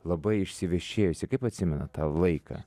labai išsivešėjusi kaip atsimenat tą laiką